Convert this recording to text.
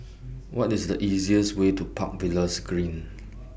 What IS The easiest Way to Park Villas Green